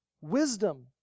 wisdom